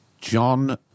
John